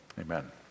Amen